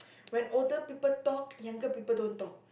when older people talk younger people don't talk